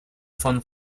fun